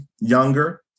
younger